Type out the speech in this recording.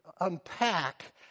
unpack